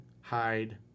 hide